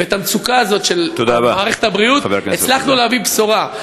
ובמצוקה הזאת של מערכת הבריאות הצלחנו להביא בשורה: